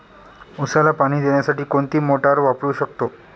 उसाला पाणी देण्यासाठी कोणती मोटार वापरू शकतो?